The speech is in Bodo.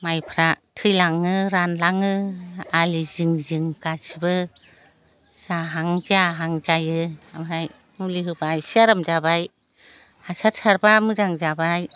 माइफ्रा थैलाङो रानलाङो आलि जिं जिं गासिबो जाहां जायाहां जायो ओमफ्राय मुलि होब्ला एसे आराम जाबाय हासार सारब्ला मोजां जाबाय